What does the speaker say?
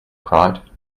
cried